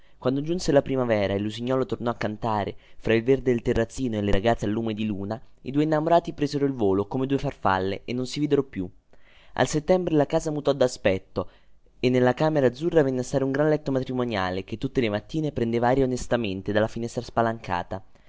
quando giunse la primavera e lusignuolo tornò a cantare fra il verde del terrazzino e le ragazze al lume di luna i due innamorati presero il volo come due farfalle e non si videro più al settembre la casa mutò daspetto e nella camera azzurra venne a stare un gran letto matrimoniale che tutte le mattine prendeva aria onestamente dalla finestra spalancata